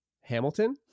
Hamilton